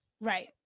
Right